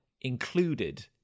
included